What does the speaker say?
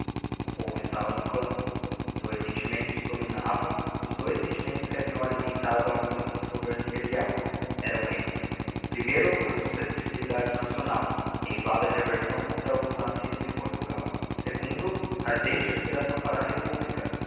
o povo estava no campo dois sentimentos o dominavam os dois sentimentos que haviam alimentado a luta contra o governo imperial eram elles primeiro a susceptibilidade nacional eivada de aversão contra os nascidos em portugal segundo a ardente aspiração para a republica